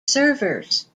servers